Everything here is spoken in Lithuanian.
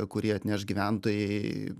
kurį atneš gyventojai